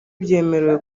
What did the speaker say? byemerewe